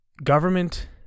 Government